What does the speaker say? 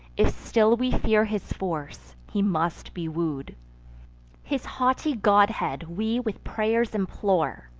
if still we fear his force, he must be woo'd his haughty godhead we with pray'rs implore,